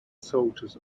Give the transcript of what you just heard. soldiers